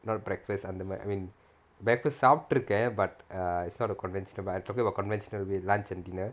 not breakfast அந்த மாதிரி:antha maathiri I mean breakfast சாப்பிட்டு இருக்கேன்:saapittu irukaen but err conventional I'm talking about conventional way lunch and dinner